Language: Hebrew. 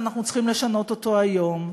ואנחנו צריכים לשנות אותו היום.